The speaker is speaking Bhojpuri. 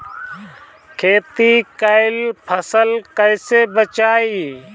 खेती कईल फसल कैसे बचाई?